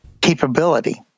capability